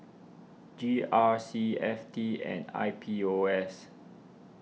G R C F T and I P U S